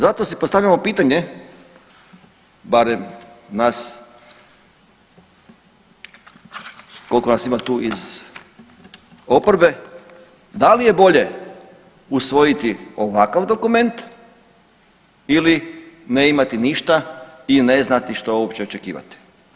Zato si postavljamo pitanje barem nas, koliko nas ima tu iz oporbe da li je bolje usvojiti ovakav dokument ili ne imati ništa i ne znati što uopće očekivati?